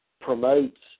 promotes